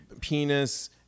penis